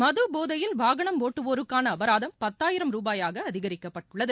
மதுபோதையில் வாகனம் ஒட்டுவோருக்கான அபராதம் பத்தாயிரம் ரூபாயாக அதிகரிக்கப்பட்டுள்ளது